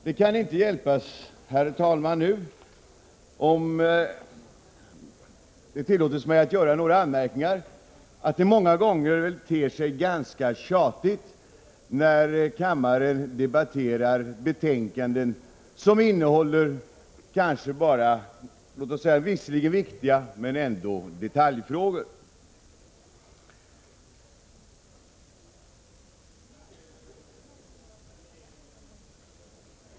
Det kan inte hjälpas, herr talman — om det tillåts mig att göra några anmärkningar — att det många gånger ter sig ganska tjatigt när kammaren debatterar betänkanden som kanske bara innehåller detaljfrågor, om än viktiga.